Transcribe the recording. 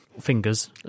fingers